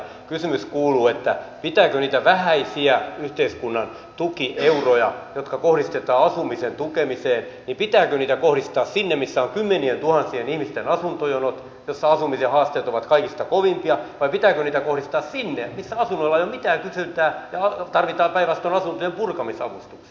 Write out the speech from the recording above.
kysymys kuuluu pitääkö niitä vähäisiä yhteiskunnan tukieuroja jotka kohdistetaan asumisen tukemiseen kohdistaa sinne missä on kymmenientuhansien ihmisten asuntojonot ja missä asumisen haasteet ovat kaikista kovimpia vai pitääkö niitä kohdistaa sinne missä asunnoilla ei ole mitään kysyntää ja tarvitaan päinvastoin asuntojen purkamisavustuksia